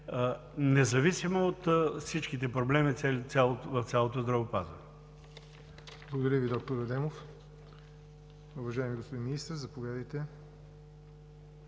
независимо от всичките проблеми в цялото здравеопазване?